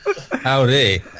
Howdy